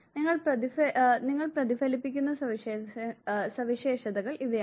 നിങ്ങൾ പ്രതിഫലിപ്പിക്കുന്ന സവിശേഷതകൾ ഇവയാണ്